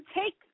take